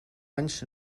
anys